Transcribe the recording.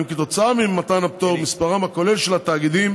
כתוצאה ממתן הפטור מספרם הכולל של התאגידים